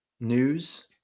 news